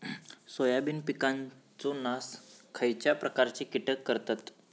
Soybean पिकांचो नाश खयच्या प्रकारचे कीटक करतत?